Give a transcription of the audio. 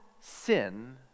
sin